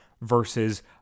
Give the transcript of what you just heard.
versus